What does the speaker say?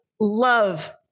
love